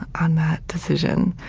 on that decision,